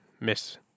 miss